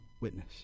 witness